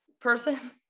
person